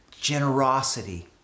generosity